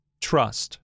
Trust